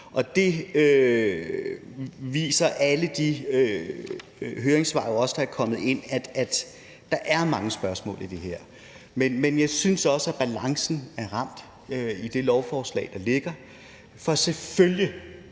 Og det viser alle de høringssvar, der er kommet, jo også, nemlig at der er mange spørgsmål i det her. Men jeg synes også, at balancen er ramt i det lovforslag, der ligger, for selvfølgelig